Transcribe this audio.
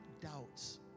doubts